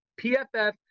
PFF